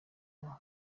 kwa